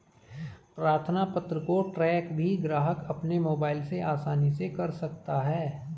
प्रार्थना पत्र को ट्रैक भी ग्राहक अपने मोबाइल से आसानी से कर सकता है